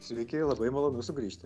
sveiki labai malonu sugrįžti